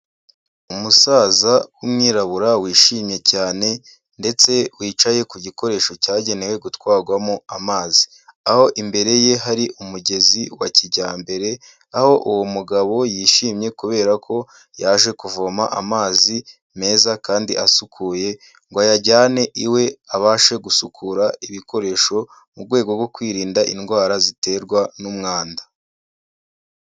Umusaza w'umwirabura wishimye cyane ndetse wicaye ku gikoresho cyagenewe gutwagwamo amazi. Aho imbere ye hari umugezi wa kijyambere, aho uwo mugabo yishimye kubera ko yaje kuvoma amazi meza kandi asukuye ngo ayajyane iwe abashe gusukura ibikoresho mu rwego rwo kwirinda indwara ziterwa n'umwanda.